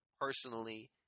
personally